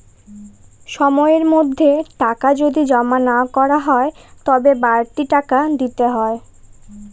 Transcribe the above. সময়ের মধ্যে টাকা যদি জমা না করা হয় তবে বাড়তি টাকা দিতে হয়